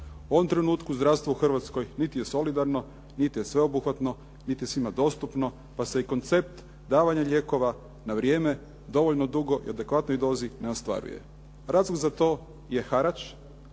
U ovom trenutku zdravstvo u Hrvatskoj niti je solidarno, niti je sveobuhvatno, niti je svima dostupno pa se i koncept davanja lijekova na vrijeme dovoljno dugo i u adekvatnoj dozi ne ostvaruje. Razlog za to je harač